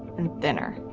and thinner.